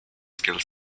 skill